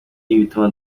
ibituma